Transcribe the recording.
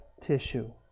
tissue